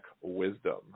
Wisdom